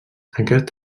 aquest